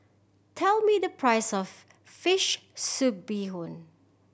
tell me the price of fish soup bee hoon